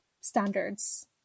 standards